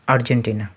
Argentina